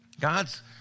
God's